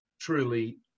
truly